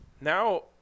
now